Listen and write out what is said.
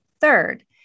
Third